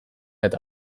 eta